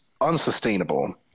unsustainable